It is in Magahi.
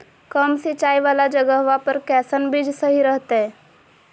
कम सिंचाई वाला जगहवा पर कैसन बीज सही रहते?